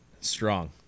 Strong